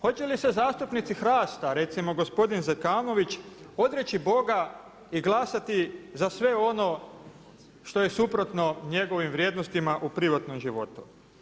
Hoće li se zastupnici HRAST-a recimo gospodin Zekanović, odreći Boga i glasati za sve ono što je suprotno njegovim vrijednostima u privatnom životu?